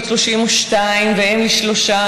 בת 32 ואם לשלושה,